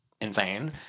insane